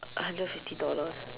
uh hundred fifty dollars